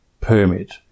permit